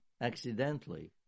accidentally